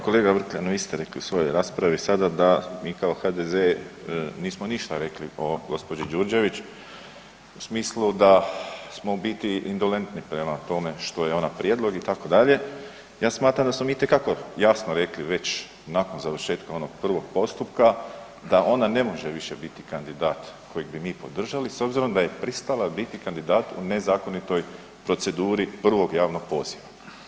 Kolega Vrkljan vi ste rekli u svojoj raspravi sada da mi kao HDZ nismo ništa rekli o gospođi Đurđević u smislu da smo u biti indolentni prema tome što je ona prijedlog itd., ja smatram da smo mi itekako jasno rekli već nakon završetka onog prvog postupka da ona ne može više biti kandidat kojeg bi mi podržali s obzirom da je pristala biti kandidat u nezakonitoj proceduri prvog javnog poziva.